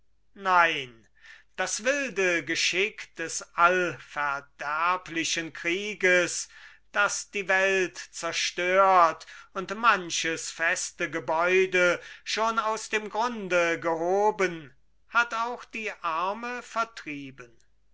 nein das wilde geschick des allverderblichen krieges das die welt zerstört und manches feste gebäude schon aus dem grunde gehoben hat auch die arme vertrieben